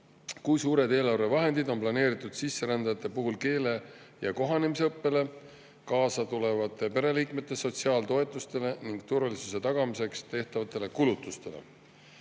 Kui suured eelarvevahendid on planeeritud sisserändajate puhul keele- ja kohanemisõppele, kaasatulevate pereliikmete sotsiaaltoetustele ning turvalisuse tagamiseks tehtavatele kulutustele?"